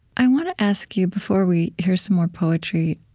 i want to ask you, before we hear some more poetry,